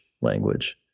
language